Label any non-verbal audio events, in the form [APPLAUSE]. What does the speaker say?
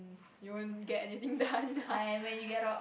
you won't get anything done [LAUGHS]